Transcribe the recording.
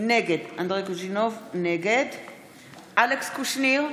נגד אלכס קושניר,